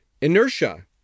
inertia